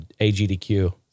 AGDQ